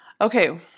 Okay